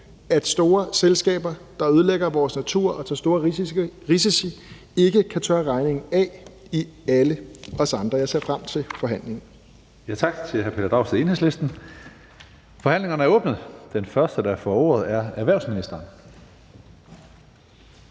at store selskaber, der ødelægger vores natur og tager store risici, ikke kan tørre regningen af på alle os andre. Jeg ser frem til forhandlingen.